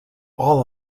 all